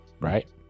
Right